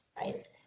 right